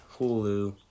Hulu